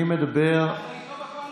אני מדבר ואתה איתו בקואליציה.